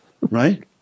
Right